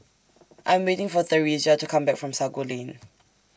I Am waiting For Theresia to Come Back from Sago Lane